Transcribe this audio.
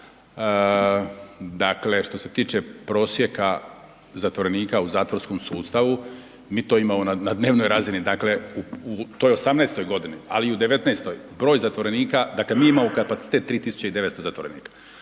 dakle što se tiče prosjeka zatvorenika u zatvorskom sustavu, mi to imamo na dnevnoj razini, dakle u toj 2018., ali i u 2019., broj zatvorenika, dakle mi imamo kapacitet 3900 zatvorenika.